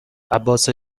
عباس